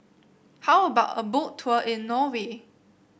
how about a Boat Tour in Norway